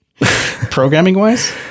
Programming-wise